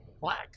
Black